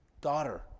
daughter